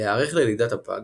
להיערך ללידת הפג